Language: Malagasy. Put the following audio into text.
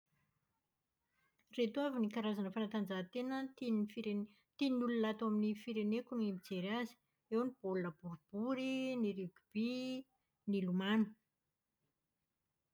Ireto avy ny karazana fanatanjahantena tian'ny firene- tian'ny olona ato amin'ny fireneko ny mijery azy. Eo ny baolina boribory, ny ringoby, ny lomano.